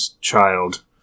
child